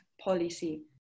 policy